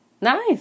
Nice